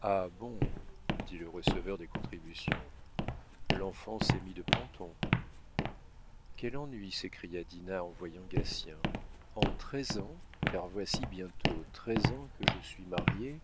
ah bon dit le receveur des contributions l'enfant s'est mis de planton quel ennui s'écria dinah en voyant gatien en treize ans car voici bientôt treize ans que je suis mariée